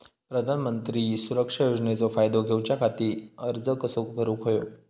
प्रधानमंत्री सुरक्षा योजनेचो फायदो घेऊच्या खाती अर्ज कसो भरुक होयो?